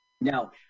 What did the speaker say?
Now